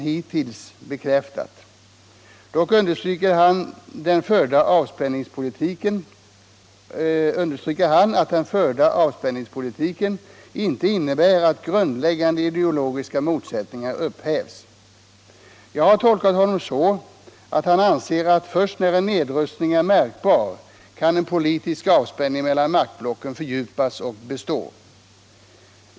Det bör dock på nytt understrykas att den förda avspänningspolitiken inte innebär att alla krishärdar undanröjs eller att grundläggande ideologiska motsättningar upphävs.” Jag har tolkat honom så att han anser att först när en nedrustning är märkbar kan en politisk avspänning mellan maktblocken fördjupas och bestå.